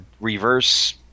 reverse